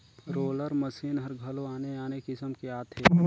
roller machine हर घलो आने आने किसम के आथे